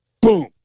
Boom